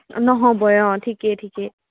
নহ'বই অঁ ঠিকে ঠিকে